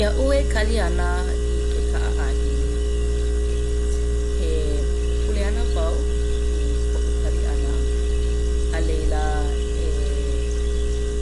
Ia'u e kali ana i ke kaʻaʻahi, e pule ana wau i koʻu kali ʻana. A laila e